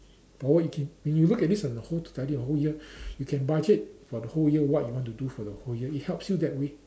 forward you can when you look at this whole to tidy your the whole year you can budget for the whole year what you want to do for the whole year it helps you that way